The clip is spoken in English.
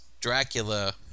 Dracula